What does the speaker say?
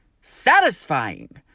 satisfying